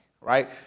right